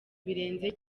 birenze